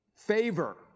Favor